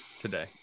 today